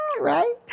right